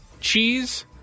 cheese